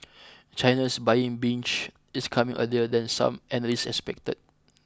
China's buying binge is coming earlier than some analysts expected